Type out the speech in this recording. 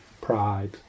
pride